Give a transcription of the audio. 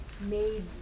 made